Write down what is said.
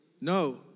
no